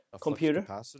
computer